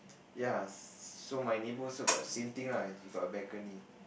ya so my neighbour also got same thing lah he got a balcony